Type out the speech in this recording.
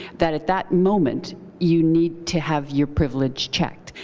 that at that moment you need to have your privilege checked.